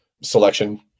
selection